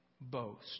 boast